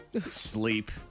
Sleep